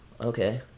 Okay